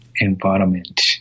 environment